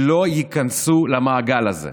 שלא ייכנסו למעגל הזה,